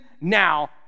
now